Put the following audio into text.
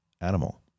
animal